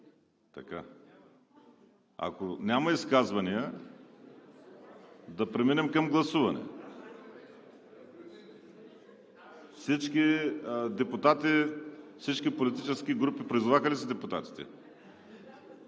Ако няма изказвания, да преминем към гласуване. Всички депутати, всички политически групи призоваха ли си депутатите?